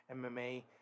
MMA